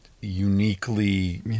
uniquely